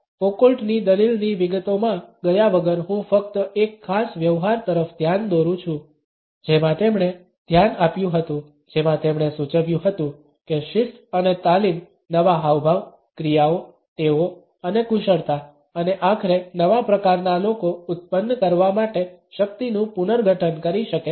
ફોકોલ્ટની દલીલની વિગતોમાં ગયા વગર હું ફક્ત એક ખાસ વ્યવહાર તરફ ધ્યાન દોરું છું જેમાં તેમણે ધ્યાન આપ્યુ હતું જેમાં તેમણે સૂચવ્યું હતું કે શિસ્ત અને તાલીમ નવા હાવભાવ ક્રિયાઓ ટેવો અને કુશળતા અને આખરે નવા પ્રકારના લોકો ઉત્પન્ન કરવા માટે શક્તિનું પુનર્ગઠન કરી શકે છે